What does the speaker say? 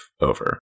over